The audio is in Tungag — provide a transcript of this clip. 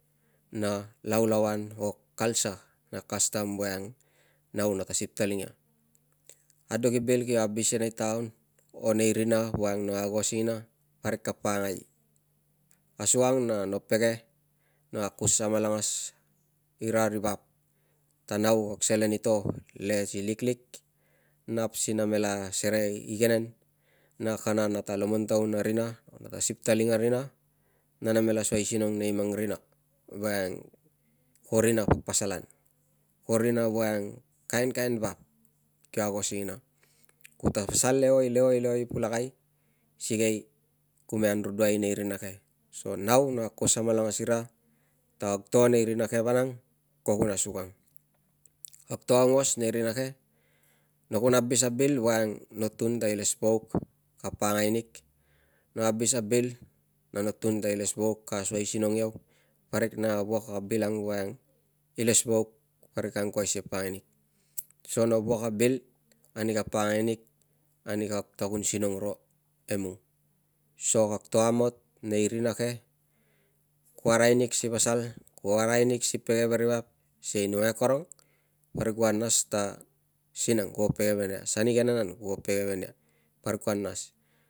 Na laulauan or culture na kastam voiang nau nata sip taliung ia. Aduk i bil kio abis ia nei taon o nei rina voiang no ago singina parik ka pakangai asuang na no pege, no akus amalangas ira ri vap ta nau kag selen i to le si liklik nap si namela serei igenen na kana nata lomontaun a rina, na siptaliung a rina na name la suai sinong nei mang rina voiang ko rina paspasalan, ko rina voiang kainkain vap kio ago singina. Kuta pasal leoi, leoi, leoi pulakai sikei ku me angruduai nei rina ke so nau no akus amalangas ira ta kag to nei rina ke vanang ko kun asukang. Kag to aungos nei rina ko, no kun abis a bil voiang no tun ta ilesvauk ka pakangai nig. No abis a bil na no tun ta ilesvauk ka asoisinong iau, parik na wuak a bil ang voiang ilesvauk parik ka angkuai si pakangai nig, so no wuak a bil ani ka pakangai nig ani kag ta kun sinong ro emung. So kag to amot nei rina ke, kuo arai nig si pasal, kuo arai nig si pege ve ri vap sikei nungai akorong parik kuo nas ta sinang kuo pege ve nia, san igenen an kuo pege ve nia, parik kua nas.